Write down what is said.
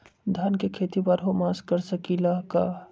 धान के खेती बारहों मास कर सकीले का?